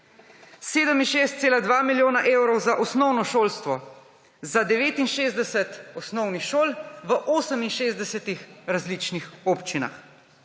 67,2 milijona evrov za osnovno šolstvo za 69 osnovnih šol v 68. različnih občinah;